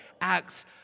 acts